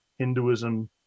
Hinduism